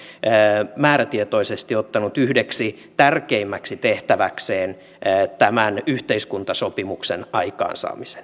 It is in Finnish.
onko hallitus huomannut että suuressa yrityksessä työllistäminen on enemmänkin luku